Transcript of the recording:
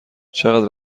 چقدر